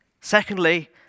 Secondly